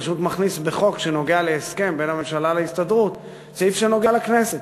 פשוט מכניס בחוק שנוגע להסכם בין הממשלה להסתדרות סעיף שנוגע לכנסת.